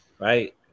right